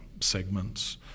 segments